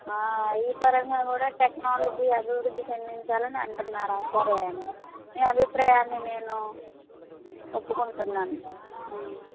ఈ పరంగా కూడా టెక్నాలజీ అభివృద్ది చెందించాలని అంటున్నారా సరే అండి మీ అభిప్రాయాన్ని నేను ఒప్పుకుంటున్నాను